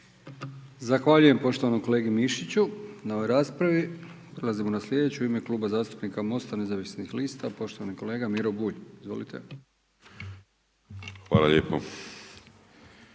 Zahvaljujem poštovanom kolegi Mišiću na ovoj raspravi. Prelazimo na slijedeću, u ime Kluba zastupnika Mosta nezavisnih lista, poštovani kolega Miro Bulj. **Bulj, Miro